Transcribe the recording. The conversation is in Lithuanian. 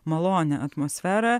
malonią atmosferą